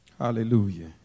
Hallelujah